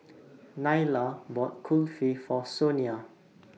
Nyla bought Kulfi For Sonia